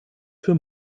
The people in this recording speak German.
für